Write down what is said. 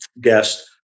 guest